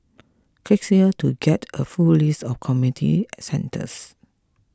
click here to get a full list of community centres